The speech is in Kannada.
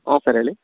ಹ್ಞೂ ಸರ್ ಹೇಳಿ